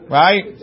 right